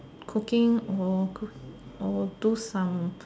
cooking or cook or do some